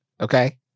Okay